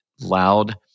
loud